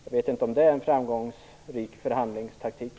Jag vet inte om det är en framgångsrik förhandlingstaktik.